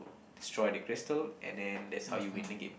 destroy the crystal and then that's how you win the game